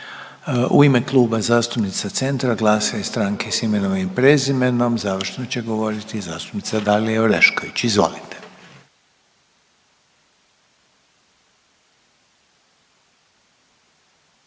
U ime Kluba zastupnica Centra, GLAS-a i Stranke s imenom i prezimenom završno će govoriti zastupnica Dalija Orešković. Izvolite.